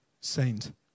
saint